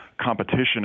competition